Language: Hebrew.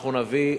אנחנו נביא,